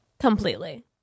Completely